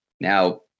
Now